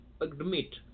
admit